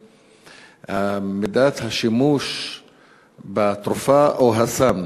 שמידת השימוש בתרופה או הסם,